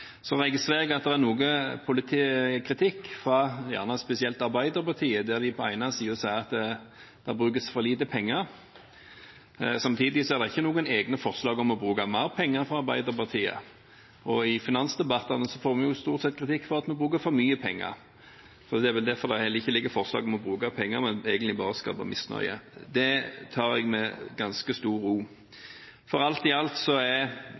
Så registrerer jeg at det er noe kritikk spesielt fra Arbeiderpartiet, som på den ene siden sier at det brukes for lite penger, samtidig som de ikke har noen egne forslag om å bruke mer penger. I finansdebattene får vi stort sett kritikk for at vi bruker for mye penger. Det er vel derfor det heller ikke ligger forslag om å bruke mer penger, en vil egentlig bare skape misnøye. Det tar jeg med ganske stor ro. Alt i alt er